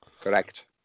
Correct